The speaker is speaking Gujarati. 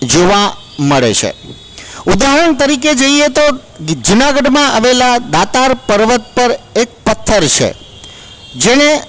જોવા મળે છે ઉદાહરણ તરીકે જોઈએ તો જુનાગઢમાં આવેલા દાતાર પર્વત પર એક પથ્થર છે જેને